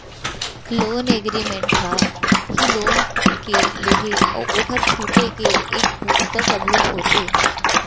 loan agreement ह ही loan के लेहे अउ ओखर छुटे के एक पुखता सबूत होथे